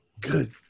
Good